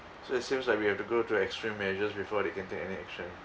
so it seems like we have to go to extreme measures before they can take any action